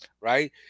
right